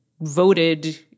voted